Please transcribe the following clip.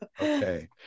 Okay